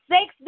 Six